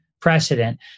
precedent